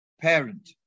parent